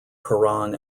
koran